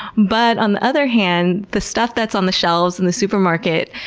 but on the other hand the stuff that's on the shelves and the supermarket,